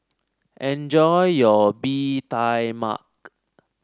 enjoy your Bee Tai Mak